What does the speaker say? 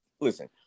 Listen